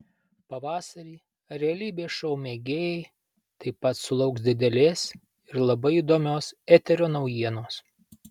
pavasarį realybės šou mėgėjai taip pat sulauks didelės ir labai įdomios eterio naujienos